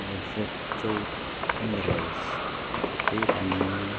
exact ચૌદ પંદર વર્ષ તો તે ટાઈમે